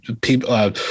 people